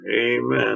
amen